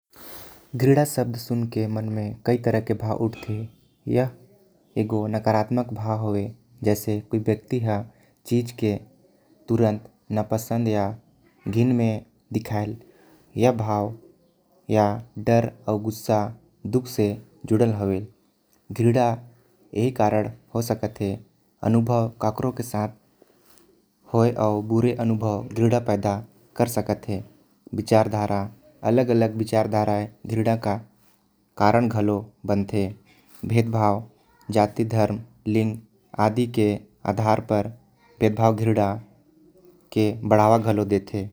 घृणा शब्द सुन के मन म बहुते तरह के भाव उठते। जो कि नकारात्मक होथे। जेमा व्यक्ति कोई चीज़ के नापसन्द करथे। अउ घिन दिखाथे। यह भाव डर अउ गुस्सा से जुड़ल रहेल। बुरा अनुभव कोइयो के अंदर घृणा पैदा कर सकत हवे। अलग अलग विचारधारा घृणा के कारण बनथे।